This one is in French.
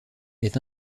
est